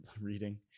reading